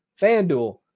FanDuel